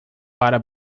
para